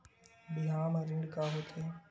बिहाव म ऋण का होथे?